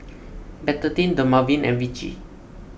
Betadine Dermaveen and Vichy